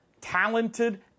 talented